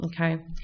Okay